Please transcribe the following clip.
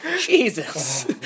Jesus